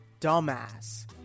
dumbass